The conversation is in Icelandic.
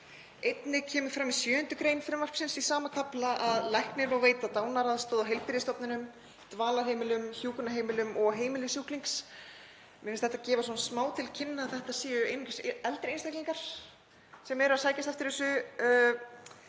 Einnig kemur fram í 7. gr. frumvarpsins í sama kafla að læknir má veita dánaraðstoð á heilbrigðisstofnunum, dvalarheimilum og hjúkrunarheimilum og á heimili sjúklings. Mér finnst þetta gefa smá til kynna að þetta séu einungis eldri einstaklingar sem sækist eftir þessu.